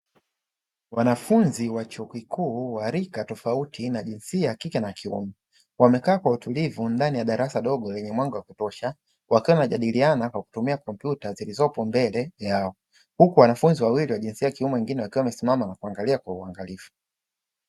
Wanafunzi wa chuo kikuu wa rika tofauti wa jinsia ya kike na kiume, wamekaa kwa utulivu ndani ya darasa dogo lenye mwanga wa kutosha wakiwa wanajadiliana kwa kutumia kompyuta zilizopo mbele yao. Huku wanafunzi wawili wa jinsia ya kiume wengine wakiwa wamesimama na kuangalia kwa uangalifu.